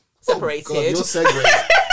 separated